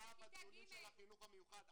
-- ישבה בדיונים של החינוך המיוחד.